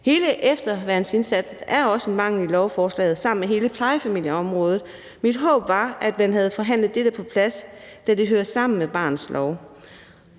Hele efterværnsindsatsen er også en mangel i lovforslaget sammen med hele plejefamilieområdet. Mit håb var, at man havde forhandlet det på plads, da det hører sammen med barnets lov.